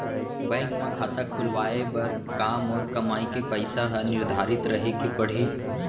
Bank म खाता खुलवाये बर का मोर कमाई के पइसा ह निर्धारित रहे के पड़ही?